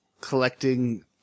collecting